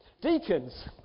Deacons